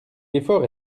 l’effort